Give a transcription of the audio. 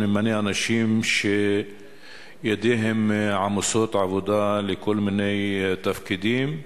ממנה אנשים שידיהם עמוסות עבודה לכל מיני תפקידים,